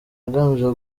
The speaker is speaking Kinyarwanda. agamije